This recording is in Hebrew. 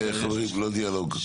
חברים, לא דיאלוג.